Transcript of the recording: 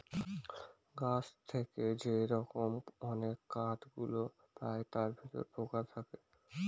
গাছ থেকে যে রকম অনেক কাঠ গুলো পায় তার ভিতরে পোকা থাকে